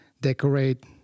decorate